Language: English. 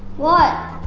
what?